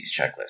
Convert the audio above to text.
checklist